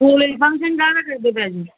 school ਵਿੱਚ function ਕਾਹਦਾ ਕਰਦੇ ਪਏ ਜੇ